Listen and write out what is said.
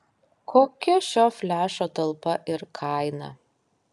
kokia šio flešo talpa ir kaina